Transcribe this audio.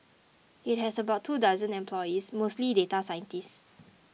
it has about two dozen employees mostly data scientists